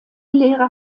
lehrer